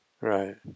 Right